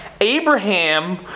Abraham